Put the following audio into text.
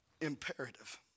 imperative